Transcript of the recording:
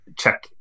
check